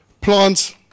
plants